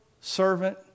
servant